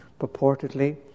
purportedly